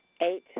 Eight